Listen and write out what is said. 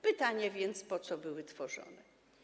Pytanie więc, po co były tworzone.